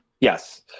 Yes